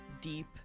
deep